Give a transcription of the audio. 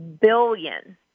billion